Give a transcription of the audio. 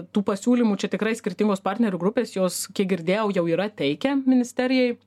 tų pasiūlymų čia tikrai skirtingos partnerių grupės jos kiek girdėjau jau yra teikę ministerijai